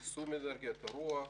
יישום אנרגיית הרוח,